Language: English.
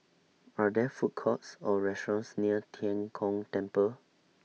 Are There Food Courts Or restaurants near Tian Kong Temple